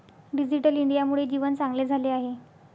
digital इंडियामुळे जीवन चांगले झाले आहे